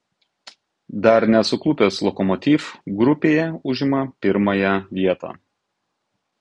dar nesuklupęs lokomotiv grupėje užima pirmąją vietą